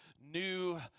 new